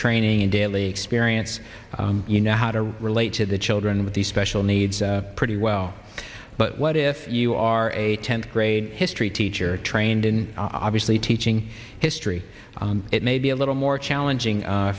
training and daily experience you know how to relate to the children with special needs pretty well but what if you are a tenth grade history teacher trained in obviously teaching history it may be a little more challenging